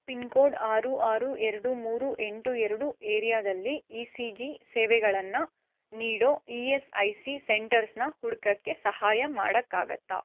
pin code ಆರು ಆರು ಎರಡು ಮೂರು ಎಂಟು ಎರಡು ಏರಿಯಾದಲ್ಲಿ ಇ ಸಿ ಜಿ ಸೇವೆಗಳನ್ನು ನೀಡೋ ಇ ಎಸ್ ಐ ಸಿ ಸೆಂಟರ್ಸ್ನ ಹುಡ್ಕೋಕ್ಕೆ ಸಹಾಯ ಮಾಡೋಕ್ಕಾಗುತ್ತ